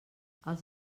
els